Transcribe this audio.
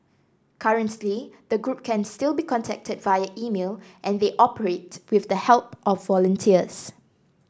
currently the group can still be contacted via email and they operate with the help of volunteers